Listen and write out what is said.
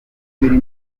biri